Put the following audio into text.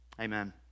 amen